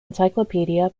encyclopedia